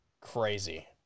Crazy